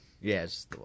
Yes